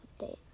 update